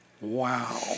Wow